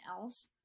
else